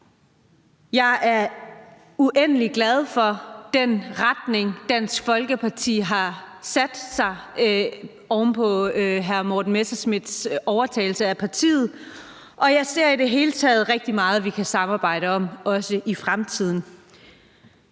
Jeg er uendelig glad for den retning, Dansk Folkeparti er gået i oven på hr. Morten Messerschmidts overtagelse af partiet, og jeg ser i det hele taget rigtig meget, vi kan samarbejde om, også i fremtiden.